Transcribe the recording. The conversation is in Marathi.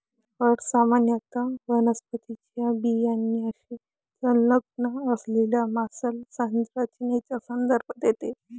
फळ सामान्यत वनस्पतीच्या बियाण्याशी संलग्न असलेल्या मांसल संरचनेचा संदर्भ देते